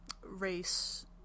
race